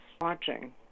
watching